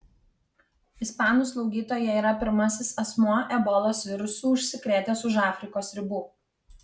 ispanų slaugytoja yra pirmasis asmuo ebolos virusu užsikrėtęs už afrikos ribų